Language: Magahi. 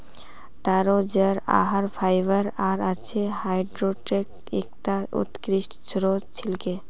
तारो जड़ आहार फाइबर आर अच्छे कार्बोहाइड्रेटक एकता उत्कृष्ट स्रोत छिके